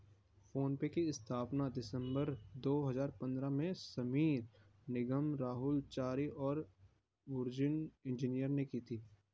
phone पे की स्थापना दिसंबर दो हजार पन्द्रह में समीर निगम, राहुल चारी और बुर्जिन इंजीनियर ने की थी